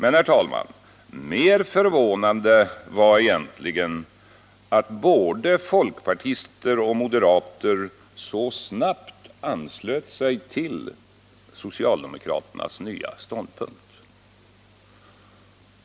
103 Mer förvånande var egentligen att både folkpartister och moderater så snabbt anslöt sig till socialdemokraternas nya ståndpunkt.